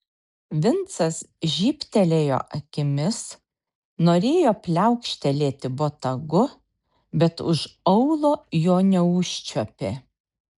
vincas žybtelėjo akimis norėjo pliaukštelėti botagu bet už aulo jo neužčiuopė